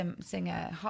singer